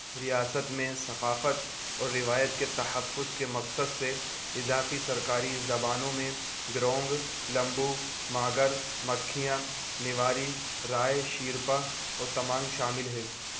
ریاست میں ثقافت اور روایت کے تحفظ کے مقصد سے اضافی سرکاری زبانوں میں گرونگ لمبو ماگر مکھیاں نیواری رائے شیرپا اور تمانگ شامل ہے